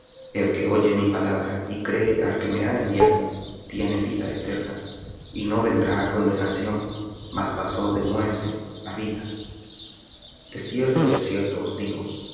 el que oye mi palabra y cree al que me ha enviado tiene vida eterna y no vendrá á condenación mas pasó de muerte á vida de cierto de cierto os digo